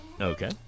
Okay